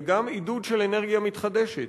וגם עידוד של אנרגיה מתחדשת.